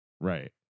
Right